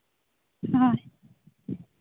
ᱦᱳᱭ